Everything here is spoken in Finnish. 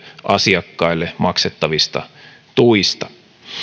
asiakkaille maksettavista tuista